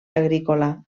agrícola